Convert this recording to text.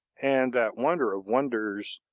and that wonder of wonders,